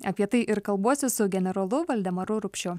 apie tai ir kalbuosi su generolu valdemaru rupšiu